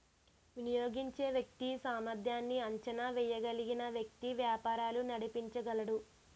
వినియోగించే వ్యక్తి సామర్ధ్యాన్ని అంచనా వేయగలిగిన వ్యక్తి వ్యాపారాలు నడిపించగలడు